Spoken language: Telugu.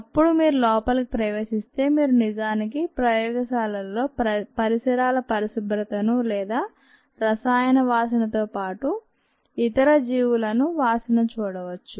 అప్పుడు మీరు లోపలికి ప్రవేశిస్తే మీరు నిజానికి ప్రయోగశాలలో పరిసరాల పరిశుభ్రతను లేదా రసాయన వాసనతో పాటు ఇతర జీవులను వాసన చూడవచ్చు